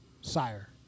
Sire